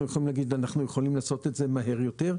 יכולים להגיד: אנחנו יכולים לעשות את זה מהר יותר.